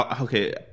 Okay